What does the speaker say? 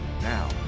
Now